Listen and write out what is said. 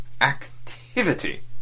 Activity